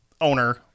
owner